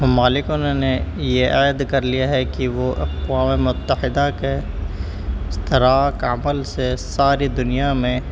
ممالکوں نے یہ عہد کر لیا ہے کہ وہ اقوام متحدہ کے اشتراک عمل سے ساری دنیا میں